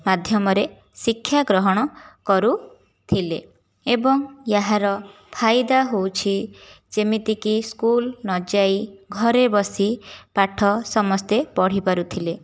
ମାଧ୍ୟମରେ ଶିକ୍ଷା ଗ୍ରହଣ କରୁଥିଲେ ଏବଂ ଏହାର ଫାଇଦା ହେଉଛି ଯେମିତିକି ସ୍କୁଲ୍ ନଯାଇ ଘରେ ବସି ପାଠ ସମସ୍ତେ ପଢ଼ିପାରୁଥିଲେ